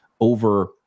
over